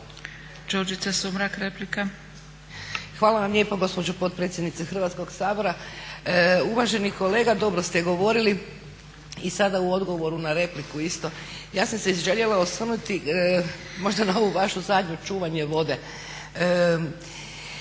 Hvala vam lijepo gospođo potpredsjednice Hrvatskog sabora. Uvaženi kolega dobro ste govorili i sada u odgovoru na repliku isto. Ja sam se željela osvrnuti možda na ovu vašu zadnju čuvanje vode.